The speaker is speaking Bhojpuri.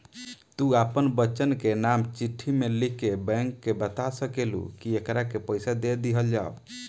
तू आपन बच्चन के नाम चिट्ठी मे लिख के बैंक के बाता सकेलू, कि एकरा के पइसा दे दिहल जाव